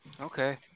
Okay